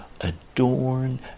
adorn